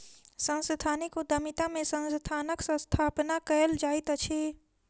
सांस्थानिक उद्यमिता में संस्थानक स्थापना कयल जाइत अछि